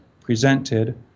presented